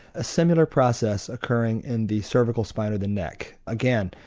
a similar process occurring in the cervical spine of the neck. again,